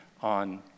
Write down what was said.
on